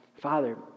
Father